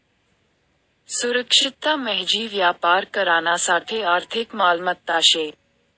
सुरक्षितता म्हंजी व्यापार करानासाठे आर्थिक मालमत्ता शे